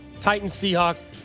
Titans-Seahawks